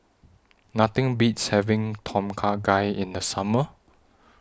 Nothing Beats having Tom Kha Gai in The Summer